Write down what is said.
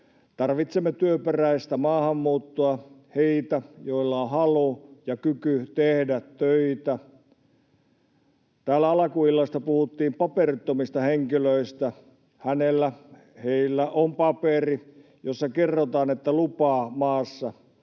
Tarvitsemme työperäistä maahanmuuttoa, heitä, joilla on halu ja kyky tehdä töitä. Täällä alkuillasta puhuttiin paperittomista henkilöistä. Hänellä tai heillä on paperi, jossa kerrotaan, että lupaa maassa